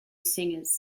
singers